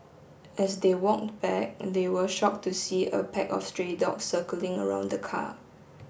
as they walked back and they were shocked to see a pack of stray dogs circling around the car